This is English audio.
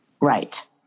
Right